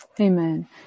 Amen